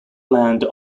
land